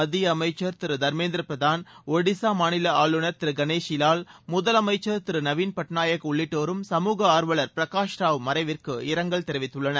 மத்திய அமைச்சர் திரு தர்மேந்திர பிரதான் ஷடிசா மாநில ஆளுநர் திரு கணேசி லால் முதலமைச்சர் திரு நவீன்பட்நாயக் உள்ளிட்டோரும் சமூக ஆர்வளர் பிரகாஷ் ராவ் மறைவிற்கு இரங்கல் தெரிவித்துள்ளனர்